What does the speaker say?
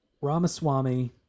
Ramaswamy